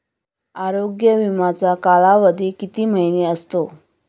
आरोग्य विमाचा कालावधी किती महिने असतो?